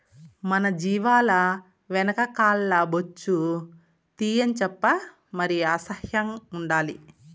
మన జీవాల వెనక కాల్ల బొచ్చు తీయించప్పా మరి అసహ్యం ఉండాలి